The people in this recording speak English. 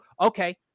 okay